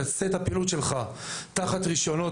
שיעשה את הפעילות שלו תחת רישיונות